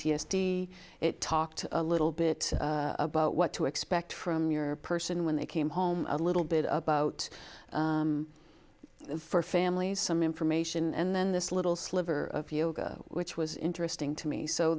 d it talked a little bit about what to expect from your person when they came home a little bit about for families some information and then this little sliver of yoga which was interesting to me so